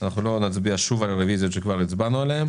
לא נצביע שוב על הרביזיות שכבר הצבענו עליהן.